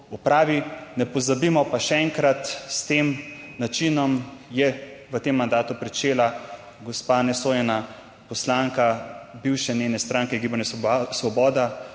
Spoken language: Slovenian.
opravi. Ne pozabimo pa še enkrat, s tem načinom je v tem mandatu pričela gospa nesojena poslanka bivše njene stranke, Gibanje Svoboda,